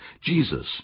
Jesus